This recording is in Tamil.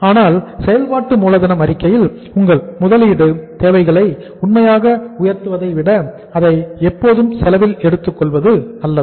ஆனால் செயல்பாட்டு மூலதனம் அறிக்கையில் உங்கள் முதலீட்டு தேவைகளை உண்மையாக உயர்த்துவதை விட அதை எப்போதும் செலவில் எடுத்துக் கொள்வது நல்லது